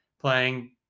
playing